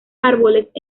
árboles